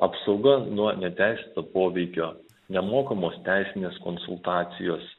apsauga nuo neteisėto poveikio nemokamos teisinės konsultacijos